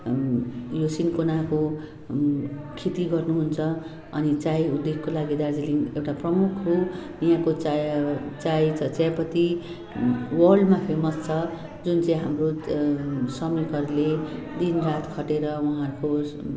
यो सिनकोनाको खेती गर्नुहुन्छ अनि चाय उद्योगको लागि दार्जिलिङ एउटा प्रमुख हो यहाँको चाय चाय चियापत्ती वर्ल्डमा फेमस छ जुन चाहिँ हाम्रो श्रमिकहरूले दिनरात खटेर उहाँहरूको